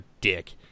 dick